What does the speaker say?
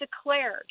declared